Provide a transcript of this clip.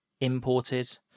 imported